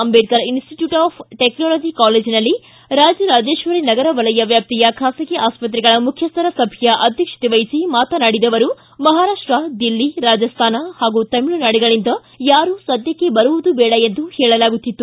Ambedkar institute of technology ಕಾಲೇಜಿನಲ್ಲಿ ರಾಜರಾಜೇಶ್ವರಿ ನಗರ ವಲಯ ವ್ಕಾಪ್ತಿಯ ಖಾಸಗಿ ಆಸ್ಪತ್ರೆಗಳ ಮುಖ್ಯಸ್ಥರ ಸಭೆಯ ಅಧ್ಯಕ್ಷತೆ ವಹಿಸಿ ಮಾತನಾಡಿದ ಅವರು ಮಹಾರಾಷ್ಷ ದಿಲ್ಲಿ ರಾಜಸ್ಥಾನ ಪಾಗೂ ತಮಿಳುನಾಡುಗಳಿಂದ ಯಾರೂ ಸದ್ಯಕ್ಕೆ ಬರುವುದು ಬೇಡ ಎಂದು ಪೇಳಲಾಗುತ್ತಿತ್ತು